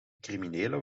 criminelen